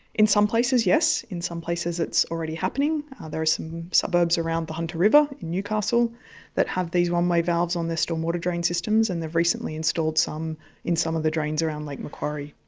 in some places, yes, in some places it's already happening. there are some suburbs around the hunter river in newcastle that have these one-way valves on their stormwater drain systems and they've recently installed some in some of the drains around lake macquarie.